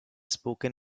spoken